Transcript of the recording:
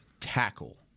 tackle